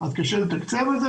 אז קשה לתקצב את זה.